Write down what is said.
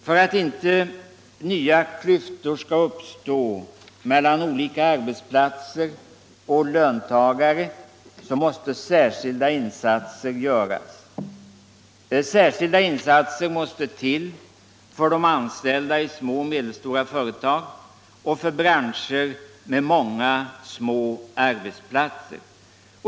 För att inte nya klyftor skall uppstå mellan olika arbetsplatser och löntagare måste särskilda insatser göras. Särskilda insatser måste till för de anställda i små och medelstora företag och för branscher med många små arbetsplatser.